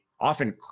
often